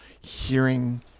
hearing